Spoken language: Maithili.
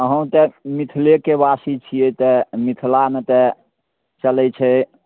अहूँ तऽ मिथिलेके वासी छिए तऽ मिथिलामे तऽ चलै छै